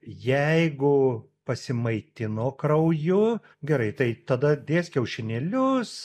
jeigu pasimaitino krauju gerai tai tada dės kiaušinėlius